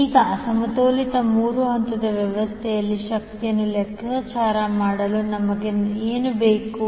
ಈಗ ಅಸಮತೋಲಿತ ಮೂರು ಹಂತದ ವ್ಯವಸ್ಥೆಯಲ್ಲಿ ಶಕ್ತಿಯನ್ನು ಲೆಕ್ಕಾಚಾರ ಮಾಡಲು ನಮಗೆ ಏನು ಬೇಕು